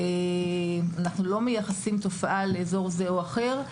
אנחנו לא מייחסים תופעה לאזור זה או אחר.